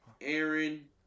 Aaron